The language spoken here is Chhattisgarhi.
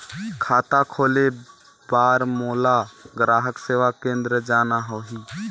खाता खोले बार मोला ग्राहक सेवा केंद्र जाना होही?